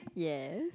yes